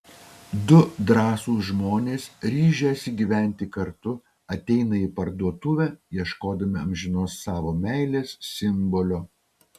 du drąsūs žmonės ryžęsi gyventi kartu ateina į parduotuvę ieškodami amžinos savo meilės simbolio